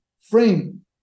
frame